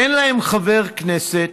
אין להם חבר כנסת,